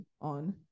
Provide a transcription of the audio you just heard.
on